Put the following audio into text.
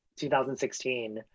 2016